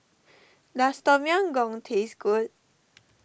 does Tom Yam Goong taste good